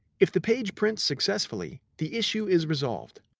if the page prints successfully, the issue is resolved.